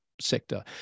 sector